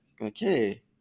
okay